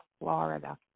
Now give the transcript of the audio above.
florida